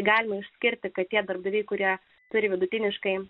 galima skirti kad tie darbdaviai kurie turi vidutiniškai